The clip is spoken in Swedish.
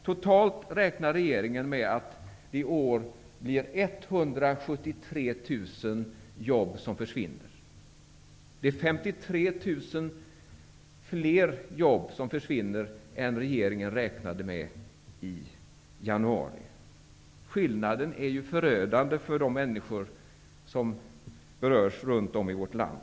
Totalt räknar regeringen med att 173 000 jobb kommer att försvinna i år. Det är 53 000 fler jobb som försvinner än vad regeringen räknade med i januari. Skillnaden är ju förödande för de människor som berörs runt om i vårt land.